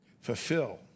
Fulfill